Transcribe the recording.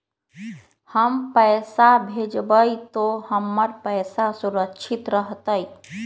हम पैसा भेजबई तो हमर पैसा सुरक्षित रहतई?